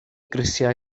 grisiau